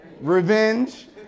Revenge